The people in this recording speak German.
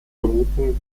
berufung